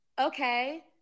Okay